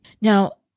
Now